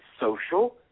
social